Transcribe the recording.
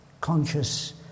conscious